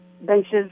benches